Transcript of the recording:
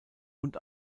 und